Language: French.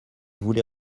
voulez